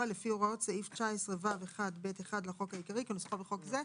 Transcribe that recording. לפי הוראות סעיף 19ו1(ב)(1) לחוק העיקרי כנוסחו בחוק זה.